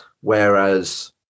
whereas